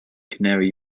canary